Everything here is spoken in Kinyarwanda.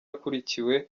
akurikiwe